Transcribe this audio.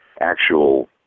actual